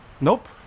Nope